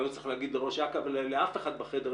אני לא צריך להגיד לראש אכ"א ולאף אחד בחדר,